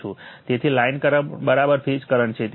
તેથી line current phase current છે